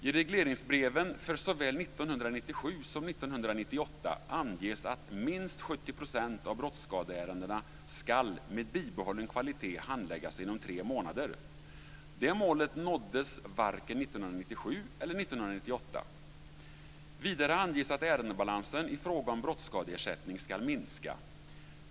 I regleringsbreven för såväl 1997 som 1998 anges att minst 70 % av brottsskadeärendena ska, med bibehållen kvalitet, handläggas inom tre månader. Det målet nåddes varken 1997 eller 1998. Vidare anges att ärendebalansen i fråga om brottsskadeersättning ska minska.